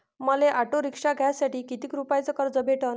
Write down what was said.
मले auto rickshaw घ्यासाठी कितीक रुपयाच कर्ज भेटनं?